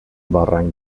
barranc